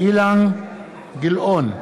אילן גילאון,